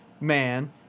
man